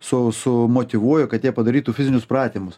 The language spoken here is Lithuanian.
su sumotyvuoju kad jie padarytų fizinius pratimus